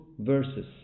verses